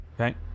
Okay